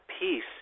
peace